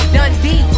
Dundee